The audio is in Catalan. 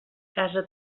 casa